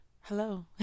hello